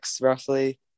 roughly